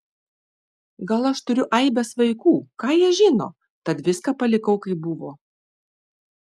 gal aš turiu aibes vaikų ką jie žino tad viską palikau kaip buvo